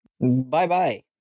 Bye-bye